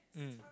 mm